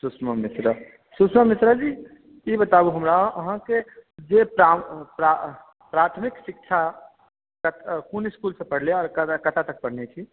सुषमा मिश्रा सुषमा मिश्राजी ई बताबू हमरा अहाँके जै प्राथमिक शिक्षा कत क़ोन इसकुलसॅं पढ़लियै आ कतय तक पढ़ने छी